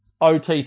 OTT